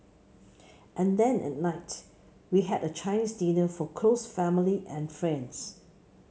and then at night we had a Chinese dinner for close family and friends